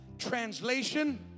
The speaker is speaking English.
translation